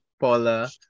Paula